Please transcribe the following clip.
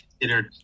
considered